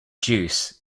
juice